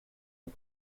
nog